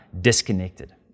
disconnected